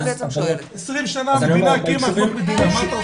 20 שנה המדינה הקימה --- רגע,